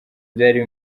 byari